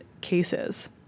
cases